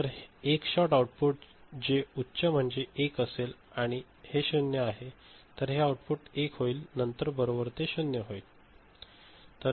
तर एक shot output जे उच्च म्हणजे 1 असेल आणि हे 0 आहे तर हे आउटपुट 1 होईल नंतर बरोबर ते 0 होते